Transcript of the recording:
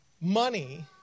money